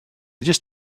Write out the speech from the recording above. just